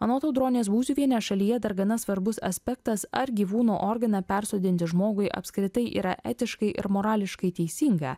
anot audronės būziuvienės šalyje dar gana svarbus aspektas ar gyvūno organą persodinti žmogui apskritai yra etiškai ir morališkai teisinga